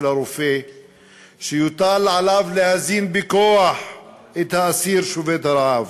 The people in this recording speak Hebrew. הרופא שיוטל עליו להזין בכוח את האסיר שובת הרעב.